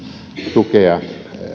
tukea